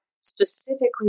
specifically